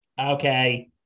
Okay